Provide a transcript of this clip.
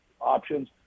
options